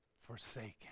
forsaken